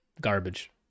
garbage